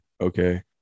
okay